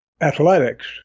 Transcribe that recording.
athletics